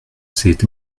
cet